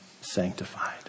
sanctified